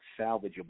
salvageable